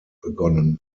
begonnen